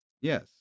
yes